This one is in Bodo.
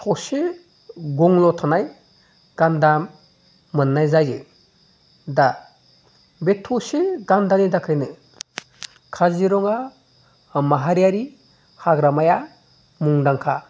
थसे गंल' थानाय गान्दा मोननाय जायो दा बे थसे गान्दानि थाखायनो काजिरङा माहारियारि हाग्रामाया मुंदांखा